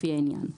לפי העניין.